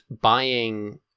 buying